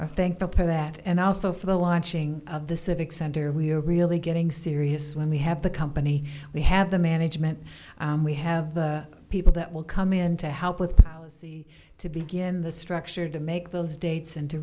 proper that and also for the launching of the civic center we are really getting serious when we have the company we have the management we have the people that will come in to help with policy to begin the structure to make those dates and to